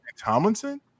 Tomlinson